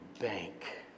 bank